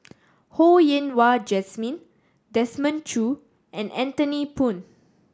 Ho Yen Wah Jesmine Desmond Choo and Anthony Poon